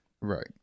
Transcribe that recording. Right